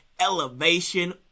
elevation